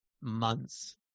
months